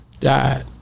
died